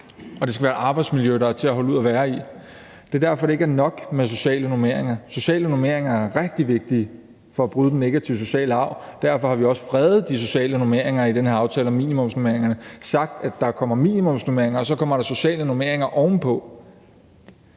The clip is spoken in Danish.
og det skal være et arbejdsmiljø, der er til at holde ud at være i. Det er derfor, det ikke er nok med sociale normeringer. Sociale normeringer er rigtig vigtige for at bryde den negative sociale arv. Derfor har vi også fredet de sociale normeringer i den her aftale om minimumsnormeringerne og sagt, at der kommer minimumsnormeringer, og så kommer der sociale normeringer ovenpå.